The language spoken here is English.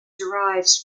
derives